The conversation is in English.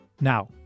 Now